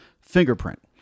fingerprint